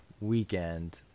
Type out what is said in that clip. weekend